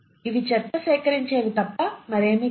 ఇవి చెత్త సేకరించేవి తప్ప మరేమీ కాదు